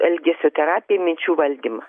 elgesio terapiją minčių valdymą